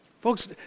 folks